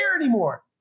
anymore